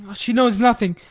she knows nothing.